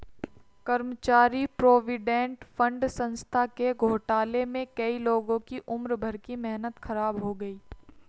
कर्मचारी provident fund संस्था के घोटाले में कई लोगों की उम्र भर की मेहनत ख़राब हो गयी